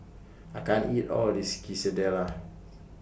I can't eat All of This Quesadillas